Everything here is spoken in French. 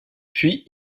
puis